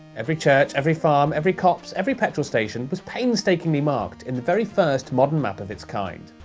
every church, every farm, every copse, every petrol station was painstakingly marked in the very first modern map of its kind.